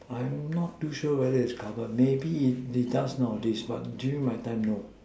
I'm not too sure whether is covered maybe it it just now but during my time no